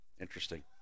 Interesting